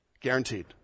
Guaranteed